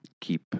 keep